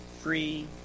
free